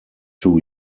two